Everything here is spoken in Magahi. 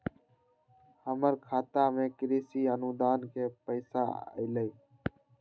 हमर खाता में कृषि अनुदान के पैसा अलई?